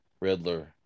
Riddler